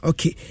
Okay